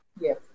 Yes